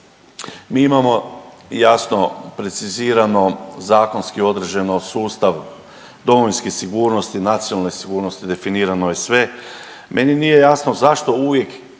mi imamo jasno precizirano, zakonski određeno sustav domovinske sigurnosti, nacionalne sigurnosti, definirano je sve. Meni nije jasno zašto uvijek